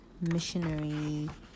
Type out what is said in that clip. missionary